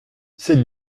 cette